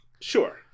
sure